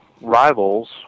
rivals